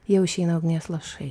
jau išeina ugnies lašai